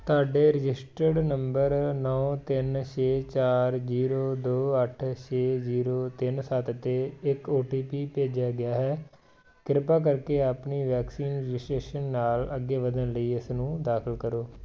ਤੁਹਾਡੇ registered number ਨੌਂ ਤਿੰਨ ਛੇ ਚਾਰ ਜ਼ੀਰੋ ਦੋ ਅੱਠ ਛੇ ਜ਼ੀਰੋ ਤਿੰਨ ਸੱਤ 'ਤੇ ਇੱਕ ਓ ਟੀ ਪੀ ਭੇਜਿਆ ਗਿਆ ਹੈ ਕਿਰਪਾ ਕਰਕੇ ਆਪਣੀ ਵੈਕਸੀਨ ਰਜਿਸਟ੍ਰੇਸ਼ਨ ਨਾਲ ਅੱਗੇ ਵਧਣ ਲਈ ਇਸਨੂੰ ਦਾਖਲ ਕਰੋ